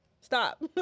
Stop